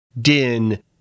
Din